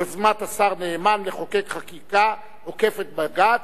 יוזמת השר נאמן לחוקק חקיקה עוקפת בג"ץ,